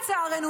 לצערנו,